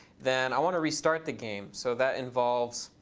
then i want to restart the game. so that involves